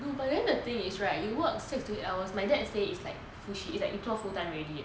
no but then the thing is right you work six to eight hours my dad say it's like full shift is like 有做 full time already eh